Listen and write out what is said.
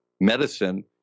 medicine